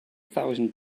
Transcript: thousand